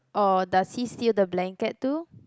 or does he steal the blanket too